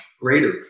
greater